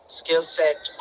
...skill-set